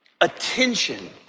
attention